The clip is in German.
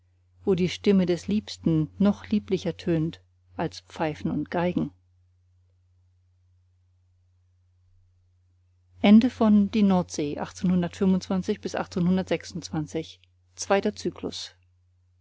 wo die stimme des liebsten noch lieblicher tönt als pfeifen und geigen